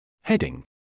Heading